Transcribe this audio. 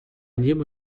niebo